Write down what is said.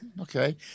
Okay